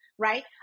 Right